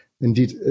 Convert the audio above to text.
indeed